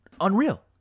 Unreal